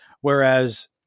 Whereas